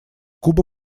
куба